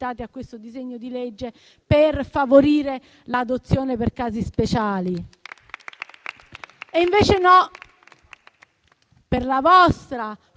a questo disegno di legge per favorire l'adozione per casi speciali. E invece no, per la vostra